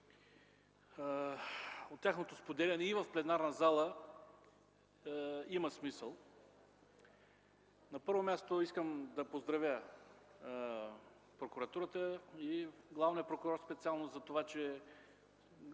от тяхното споделяне и в пленарната зала. На първо място, искам да поздравя прокуратурата и главния прокурор специално за това, че с